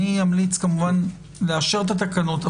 כמובן אמליץ לאשר את התקנות,